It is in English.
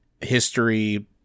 history